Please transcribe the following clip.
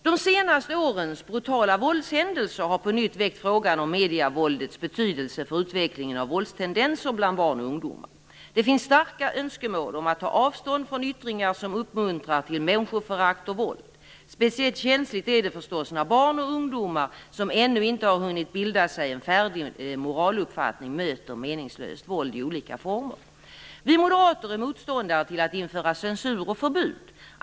De senaste årens brutala våldshändelser har på nytt väckt frågan om medievåldets betydelse för utvecklingen av våldstendenser bland barn och ungdomar. Det finns starka önskemål om att ta avstånd från yttringar som uppmuntrar till människoförakt och våld. Speciellt känsligt är det förstås när barn och ungdomar som ännu inte har hunnit bilda sig en färdig moraluppfattning möter meningslöst våld i olika former. Vi moderater är motståndare till att införa censur och förbud.